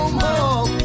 more